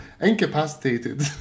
incapacitated